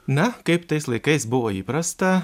na kaip tais laikais buvo įprasta